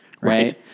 right